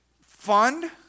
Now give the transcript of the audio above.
fund